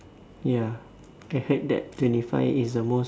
ya I heard that twenty five is the most